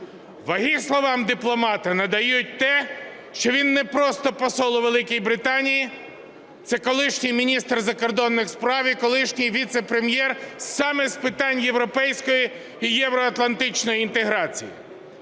Ваги словам дипломата надає те, що він не просто посол у Великій Британії - це колишній міністр закордонних справ і колишній віцепрем'єр саме з питань європейської і євроатлантичної інтеграції.